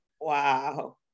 wow